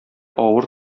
авыр